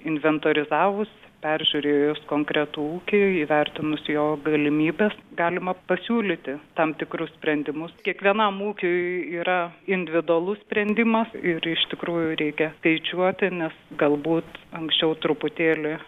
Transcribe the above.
inventorizavus peržiūrėjus konkretų ūkį įvertinus jo galimybes galima pasiūlyti tam tikrus sprendimus kiekvienam ūkiui yra individualus sprendimas ir iš tikrųjų reikia skaičiuoti nes galbūt anksčiau truputėlį